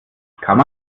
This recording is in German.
kann